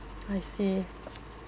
I see